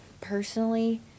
Personally